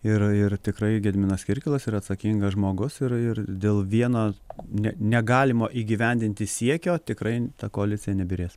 ir ir tikrai gediminas kirkilas yra atsakingas žmogus ir ir dėl vieno ne negalimo įgyvendinti siekio tikrai ta koalicija nebyrės